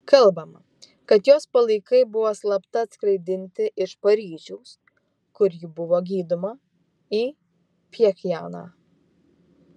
kalbama kad jos palaikai buvo slapta atskraidinti iš paryžiaus kur ji buvo gydoma į pchenjaną